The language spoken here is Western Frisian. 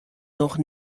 noch